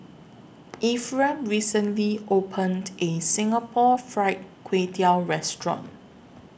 Ephram recently opened A Singapore Fried Kway Tiao Restaurant